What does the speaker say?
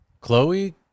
Chloe